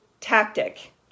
tactic